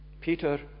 Peter